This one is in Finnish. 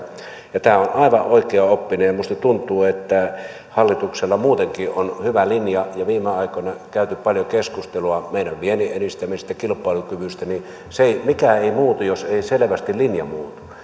sääntelyä tämä on aivan oikeaoppinen ja minusta tuntuu että hallituksella muutenkin on hyvä linja ja kun viime aikoina on käyty paljon keskustelua meidän viennin edistämisestä kilpailukyvystä niin mikään ei muutu jos ei selvästi linja muutu ja